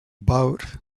boat